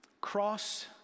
cross